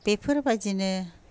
बेफोरबायदिनो